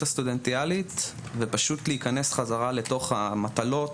הסטודנטיאלית ופשוט להיכנס חזרה לתוך המטלות.